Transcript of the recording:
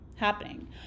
happening